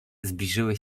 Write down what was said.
zbliżyły